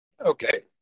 Okay